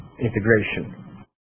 integration